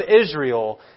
Israel